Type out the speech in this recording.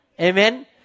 Amen